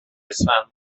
اسفندماه